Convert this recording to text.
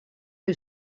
que